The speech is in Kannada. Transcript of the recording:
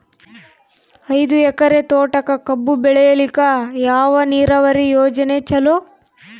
ಐದು ಎಕರೆ ತೋಟಕ ಕಬ್ಬು ಬೆಳೆಯಲಿಕ ಯಾವ ನೀರಾವರಿ ಯೋಜನೆ ಚಲೋ?